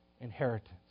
inheritance